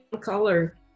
color